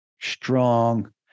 strong